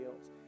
else